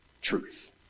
truth